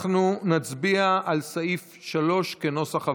אנחנו נצביע על סעיף 3 כנוסח הוועדה.